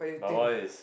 my one is